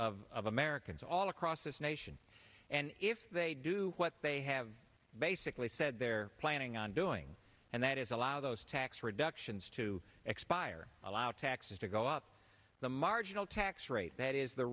majority of americans all across this nation and if they do what they have basically said they're planning on doing and that is allow those tax reductions to expire allow taxes to go up the marginal tax rate that is the